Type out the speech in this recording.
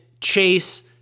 Chase